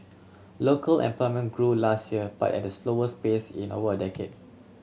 local employment grew last year but at the slowest pace in over a decade